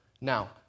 Now